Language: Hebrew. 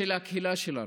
של הקהילה שלנו.